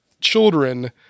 children